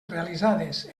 realitzades